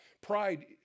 Pride